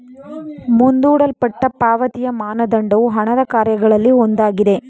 ಮುಂದೂಡಲ್ಪಟ್ಟ ಪಾವತಿಯ ಮಾನದಂಡವು ಹಣದ ಕಾರ್ಯಗಳಲ್ಲಿ ಒಂದಾಗಿದೆ